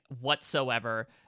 whatsoever